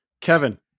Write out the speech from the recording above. Kevin